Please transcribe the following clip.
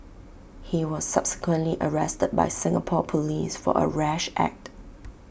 he was subsequently arrested by Singapore Police for A rash act